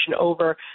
over